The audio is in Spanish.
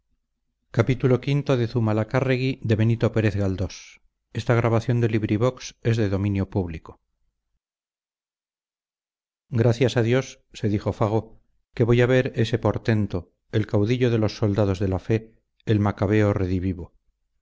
gracias a dios se dijo fago que voy a ver a ese portento el caudillo de los soldados de la fe el macabeo redivivo